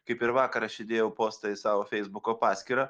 kaip ir vakar aš įdejau postą į savo feisbuko paskyrą